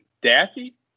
Daffy